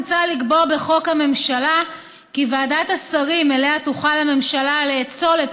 מוצע לקבוע בחוק הממשלה כי ועדת השרים שלה תוכל הממשלה לאצול את